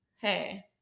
Hey